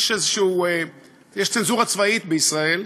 יש צנזורה צבאית בישראל,